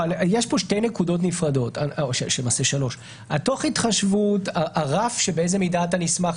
יש פה שלוש נקודות נפרדות: "תוך התחשבות" הרף באיזו מידה אתה נסמך,